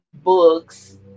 books